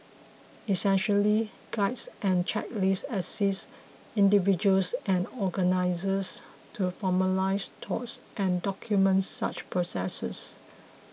essentially guides and checklist assists individuals and organisers to formalise thoughts and document such processes